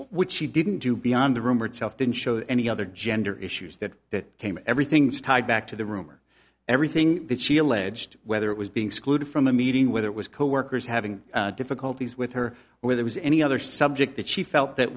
which she didn't do beyond the rumor itself didn't show any other gender issues that that came everything's tied back to the rumor everything that she alleged whether it was being screwed from a meeting whether it was coworkers having difficulties with her where there was any other subject that she felt that